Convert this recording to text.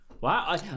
wow